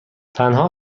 تنها